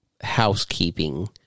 housekeeping